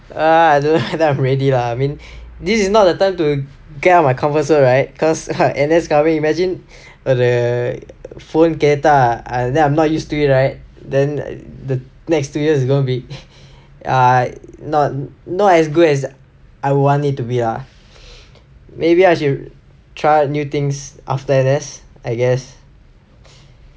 err I don't know whether I'm ready lah I mean this is not the time to get out of my comfort zone right cause err N_S coming imagine ஒரு:oru phone கேட்டா:kaettaa and then I'm not used to it right then the next two years is gonna be not not as good as I would want it to be ah maybe I should try new things after N_S I guess